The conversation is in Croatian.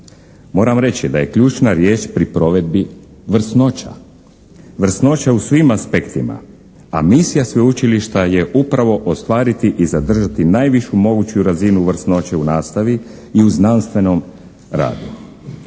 Moram reći, da je ključna riječ pri provedbi vrsnoća. Vrsnoća u svim aspektima a misija sveučilišta je upravo ostvariti i zadržati najvišu moguću razinu vrsnoće u nastavi i u znanstvenom radu.